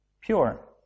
pure